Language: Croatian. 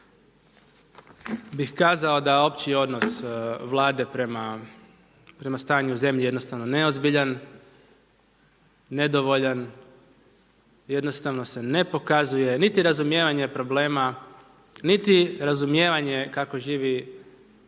bih kazao da opći odnos Vlade prema stanju u zemlji je jednostavno neozbiljan, nedovoljan, jednostavno se ne pokazuje niti razumijevanje problema, niti razumijevanje kako živi prosječan